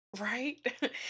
Right